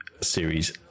Series